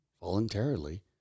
voluntarily